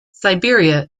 siberia